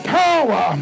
power